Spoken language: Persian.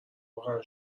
واقعا